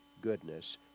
goodness